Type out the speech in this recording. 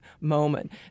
moment